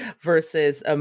versus